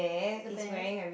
the bear